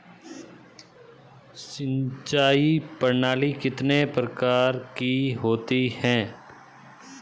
सिंचाई प्रणाली कितने प्रकार की होती है?